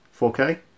4K